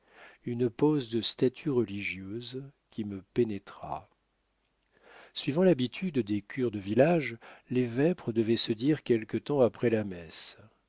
une pose de statue religieuse qui me pénétra suivant l'habitude des cures de village les vêpres devaient se dire quelque temps après la messe